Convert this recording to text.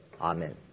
Amen